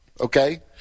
okay